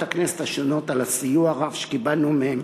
הכנסת השונות על הסיוע הרב שקיבלנו מהם